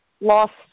lost